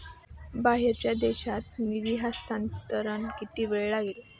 बाहेरच्या देशात निधी हस्तांतरणास किती वेळ लागेल?